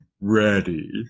ready